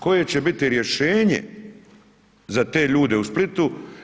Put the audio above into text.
Koje ćete biti rješenje za te ljude u Splitu?